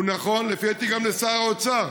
הוא נכון, לפי דעתי, גם לשר האוצר.